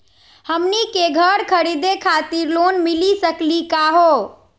हमनी के घर खरीदै खातिर लोन मिली सकली का हो?